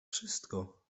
wszystko